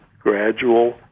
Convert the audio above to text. gradual